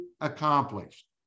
accomplished